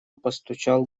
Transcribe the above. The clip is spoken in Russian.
постучал